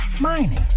mining